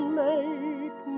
make